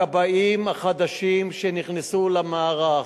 הכבאים החדשים שנכנסו למערך,